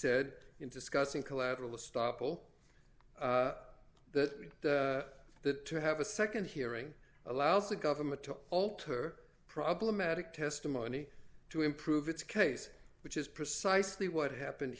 said in discussing collateral estoppel that that to have a nd hearing allows the government to alter problematic testimony to improve its case which is precisely what happened